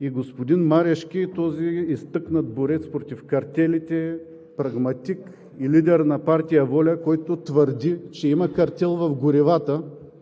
и господин Марешки, този изтъкнат борец против картелите, прагматик и лидер на партия ВОЛЯ, който твърди, че има картел в горивата,